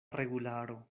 regularo